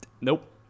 Nope